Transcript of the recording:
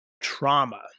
trauma